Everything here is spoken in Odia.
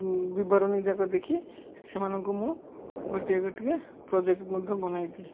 ବିବରଣୀ ଯାକ ଦେଖି ସେମାନଙ୍କୁ ମୁଁ ଗୋଟିଏ ଗୋଟିଏ ପ୍ରୋଜେକ୍ଟ ମଧ୍ୟ ବନାଇ ଦିଏ